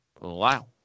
Wow